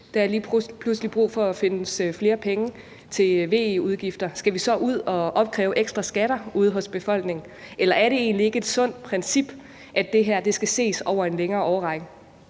der lige pludselig er brug for at finde flere penge til VE-udgifter, så skal vi ud at opkræve ekstra skatter ude hos befolkningen; eller er det egentlig ikke et sundt princip, at det her skal ses over en længere årrække?